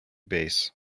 base